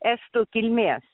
estų kilmės